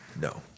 No